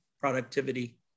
productivity